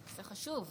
תודה רבה,